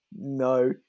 No